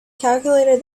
calculated